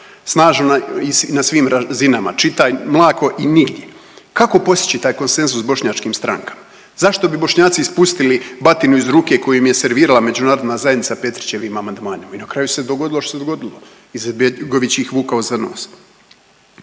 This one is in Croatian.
Snažna na svim razinama, čitaj mlako i nigdje. Kako postići taj konsenzus s bošnjačkim strankama? Zašto bi Bošnjaci ispustili batinu iz ruke koju im je servirala međunarodna zajednice Petrićevim amandmanom? I na kraju se dogodilo, što se dogodilo, Izetbegović ih vukao za nos.